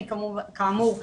כאמור,